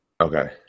Okay